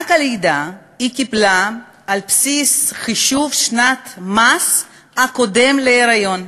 את מענק הלידה היא קיבלה על בסיס חישוב שנת המס הקודמת להיריון.